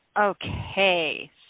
Okay